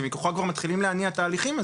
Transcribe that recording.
שמכוחה כבר מתחילים להניע תהליכים,